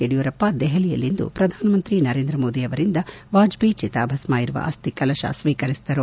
ಯಡಿಯೂರಪ್ಪ ದೆಹಲಿಯಲ್ಲಿಂದು ಪ್ರಧಾನಮಂತ್ರಿ ನರೇಂದ್ರ ಮೋದಿ ಅವರಿಂದ ವಾಜಪೇಯಿ ಚಿತಾಭಸ್ನ ಇರುವ ಅಸ್ತಿ ಕಲಶ ಸ್ವೀಕರಿಸಿದರು